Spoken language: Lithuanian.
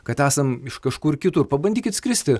kad esam iš kažkur kitur pabandykit skristi